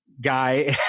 guy